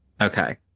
Okay